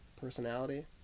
personality